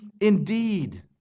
indeed